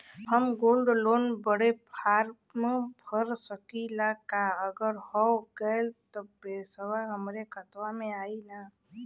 हम gold loan बड़े form भर सकी ला का अगर हो गैल त पेसवा हमरे खतवा में आई ना?